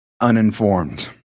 uninformed